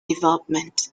development